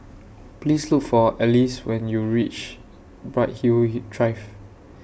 Please Look For Alyce when YOU REACH Bright Hill He Drive